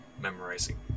memorizing